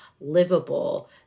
livable